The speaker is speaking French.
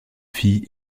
filles